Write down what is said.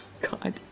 god